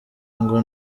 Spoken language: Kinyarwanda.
ngo